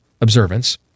observance